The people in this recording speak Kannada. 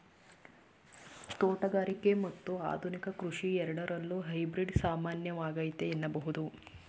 ತೋಟಗಾರಿಕೆ ಮತ್ತು ಆಧುನಿಕ ಕೃಷಿ ಎರಡರಲ್ಲೂ ಹೈಬ್ರಿಡ್ ಸಾಮಾನ್ಯವಾಗೈತೆ ಎನ್ನಬಹುದು